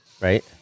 right